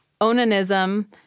Onanism